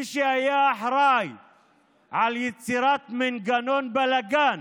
מי שהיה אחראי ליצירת מנגנון בלגן